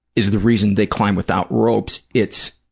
is the reason they climb without ropes. it's